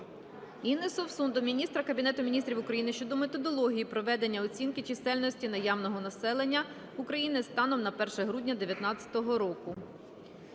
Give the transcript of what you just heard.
Інни Совсун до міністра Кабінету Міністрів України щодо методології проведення оцінки чисельності наявного населення України станом на 1 грудня 2019 року.